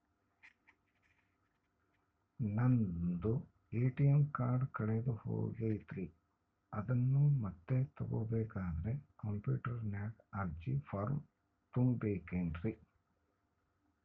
ನಂದು ATM card ಕಳೆದು ಹೋಗೈತ್ರಿ ಅದನ್ನು ಮತ್ತೆ ತಗೋಬೇಕಾದರೆ ಕಂಪ್ಯೂಟರ್ ನಾಗ ಅರ್ಜಿ ಫಾರಂ ತುಂಬಬೇಕನ್ರಿ?